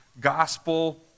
gospel